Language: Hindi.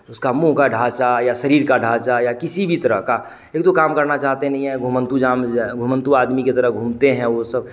उसका मुँह का ढांचा या शरीर का ढांचा या किसी भी तरह का एक तो काम करना चाहते नहीं हैं घुमन्तू जहाँ मिल जाए घुमन्तू आदमी की तरह घूमते हैं वो सब